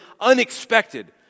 unexpected